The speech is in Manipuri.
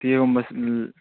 ꯇꯤꯀꯦꯠꯀꯨꯝꯕꯁꯨ